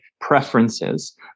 preferences